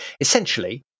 Essentially